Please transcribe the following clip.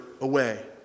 away